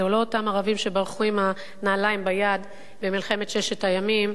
זה לא אותם ערבים שברחו עם הנעליים ביד במלחמת ששת הימים,